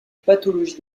pathologie